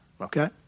okay